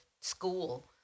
school